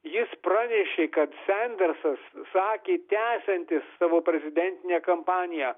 jis pranešė kad sendersas sakė tęsiantis savo prezidentinę kampaniją